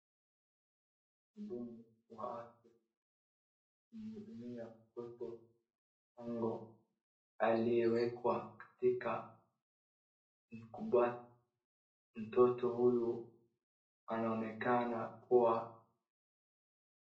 Mhudumu wa afya anamhudumia mtoto aliyewekwa katika kabati mtoto huyu anaonekana kuwa.